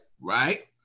Right